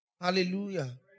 Hallelujah